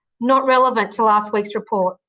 not relevant to last week's report.